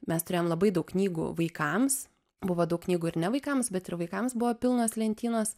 mes turėjom labai daug knygų vaikams buvo daug knygų ir ne vaikams bet ir vaikams buvo pilnos lentynos